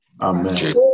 Amen